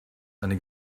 eine